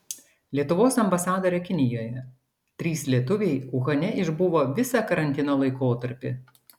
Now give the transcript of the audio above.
lietuvos ambasadorė kinijoje trys lietuviai uhane išbuvo visą karantino laikotarpį